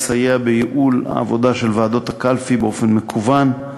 הוא יסייע בייעול העבודה של ועדות הקלפי באופן מקוון,